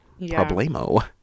problemo